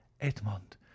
Edmond